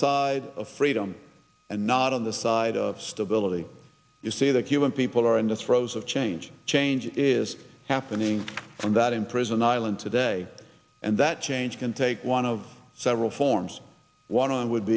side of freedom and not on the side of stability you see the cuban people are in this rose of change change is happening and that imprisoned island today and that change can take one of several forms one